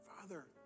Father